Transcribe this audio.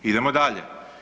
Idemo dalje.